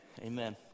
Amen